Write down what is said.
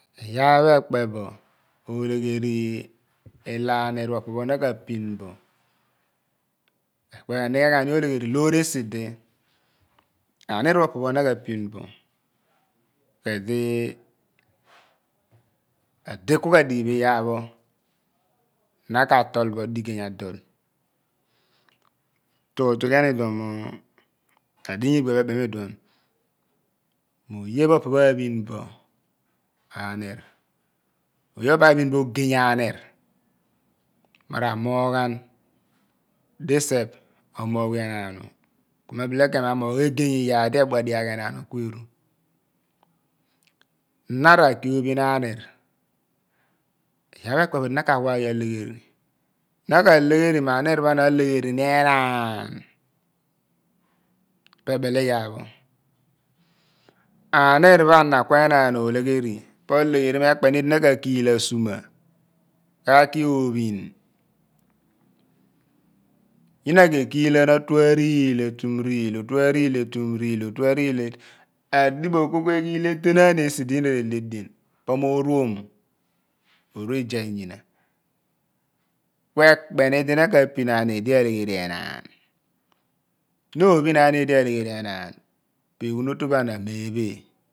Iyaar pho ekpe bo olegheri, ila aniir pho op pho naka pin bo renighe ghaani olegheri loor esi di aniir pho opo pho naka pin bo ku edi edi ku ka dighi phi iyar pho na ka tol bo digeeny adol tutu ghian iduon mo adinya iigbia pho ebem iduon mo oye pho opo pho pho aphiin bo aniir oye pho opo pho aphiin bo ogeeny aniir mo ra moghan diseph omoghwe enaan pho mo bite ken mo amogh egey iyaar di di edua dighaaph enaan ku em na ra ka ophin aniir iyar pho ekpe bo di na ka waghi alegheri na ka legheri mo aniir pho ane alegheri enaan pe bel iyar pho aniir pho ana ku enaan olegheri aniir pho ana ku enaan olegheri po legheri mo ekype ni di na ka kiil asuma kaki opkiin yina ke kiil ghan otue riil etum riil otua riil adibohu eghiil eten anaani esi di yina re le edien po mo rom me ru izea inyina ku ekpe ni di ka pin aniir di alegheri enaan na ophiin aniir di alegheri enaan pe eghun otu pho ana me phe